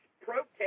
protest